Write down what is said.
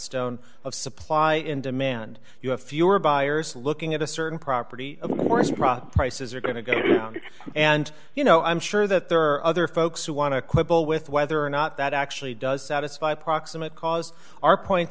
stone of supply and demand you have fewer buyers looking at a certain property prices are going to go and you know i'm sure that there are other folks who want to quibble with whether or not that actually does satisfy proximate cause our point